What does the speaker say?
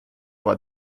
war